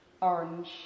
Orange